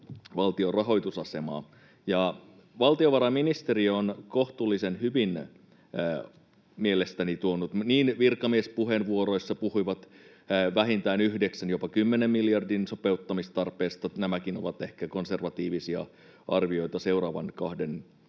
Valtiovarainministeriö on kohtuullisen hyvin mielestäni tuonut virkamiespuheenvuoroissaan esiin sopeuttamistarvetta: puhuivat vähintään 9:n, jopa 10 miljardin sopeuttamistarpeesta. Nämäkin ovat ehkä konservatiivisia arvioita seuraavan kahden